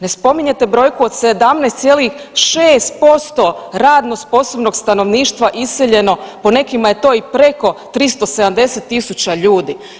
Ne spominjete brojku od 17,6% radno sposobnog stanovništva iseljeno, po nekima je to i preko 370.000 ljudi.